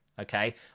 Okay